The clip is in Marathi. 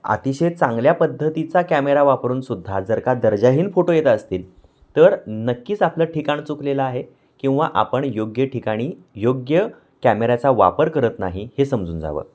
अतिशय चांगल्या पद्धतीचा कॅमेरा वापरूनसुद्धा जर का दर्जाहीन फोटो येत असतील तर नक्कीच आपलं ठिकाण चुकलेलं आहे किंवा आपण योग्य ठिकाणी योग्य कॅमेऱ्याचा वापर करत नाही हे समजून जावं